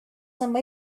some